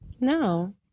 No